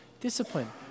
discipline